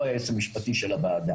לא היועץ המשפטי של הוועדה,